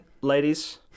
ladies